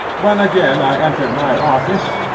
when again i entered my office,